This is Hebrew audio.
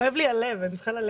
כואב לי הלב, אני צריכה ללכת.